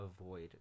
avoid